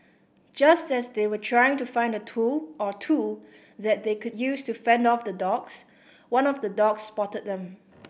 just as they were trying to find a tool or two that they could use to fend off the dogs one of the dogs spotted them